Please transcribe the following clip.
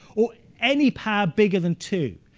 or any power bigger than two.